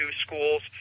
schools